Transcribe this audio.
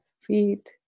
feet